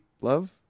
love